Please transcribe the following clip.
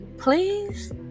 Please